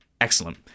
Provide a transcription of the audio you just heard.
excellent